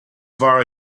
far